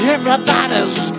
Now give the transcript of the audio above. Everybody's